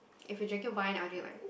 if we drinking wine I'll drink like